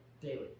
daily